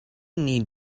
need